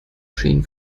schienen